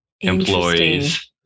employees